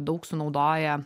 daug sunaudoja